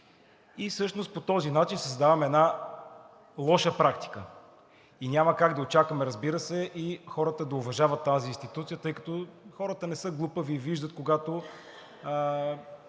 И всъщност по този начин създаваме една лоша практика и няма как да очакваме, разбира се, хората да уважават тази институция, тъй като хората не са глупави и виждат, когато